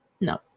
No